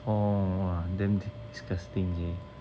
痛啊 damn disgusting leh